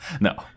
No